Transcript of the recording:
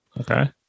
Okay